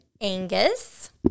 Angus